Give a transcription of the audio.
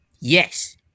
Yes